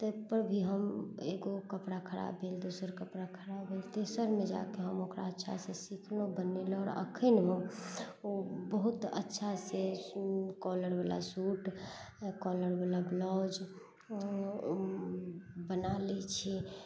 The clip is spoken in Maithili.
ताहि पर भी हम एगो कपड़ा खराब भेल दोसर कपड़ा खराब भेल तेसरमे जाके हम ओकरा अच्छा से सीखलहुॅं बनेलहुॅं आओर अखन हम बहुत अच्छा से कॉलर बला सूट कॉलर बला ब्लाउज बना लै छी